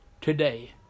today